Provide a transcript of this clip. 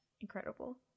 Incredible